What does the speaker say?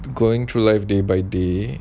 going through life day by day